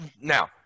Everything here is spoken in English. Now